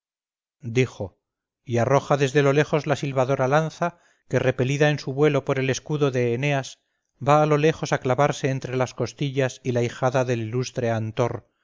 dijo y arroja desde lo lejos la silbadora lanza que repelida en su vuelo por el escudo de eneas va a lo lejos a clavarse entre las costillas y la ijada del ilustre antor